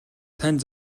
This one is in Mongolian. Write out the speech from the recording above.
танд